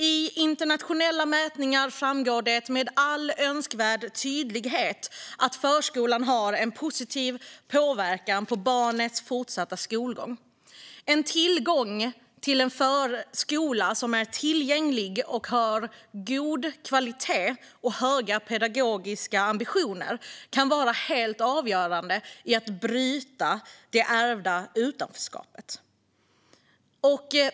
I internationella mätningar framgår det med all önskvärd tydlighet att förskolan har en positiv påverkan på barnets fortsatta skolgång. Tillgången till en förskola av god kvalitet som har höga pedagogiska ambitioner kan vara helt avgörande för att man ska kunna bryta det ärvda utanförskapet.